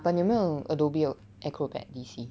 but 你没有 Adobe Acrobat D_C